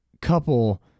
couple